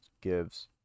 gives